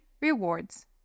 rewards